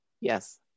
Yes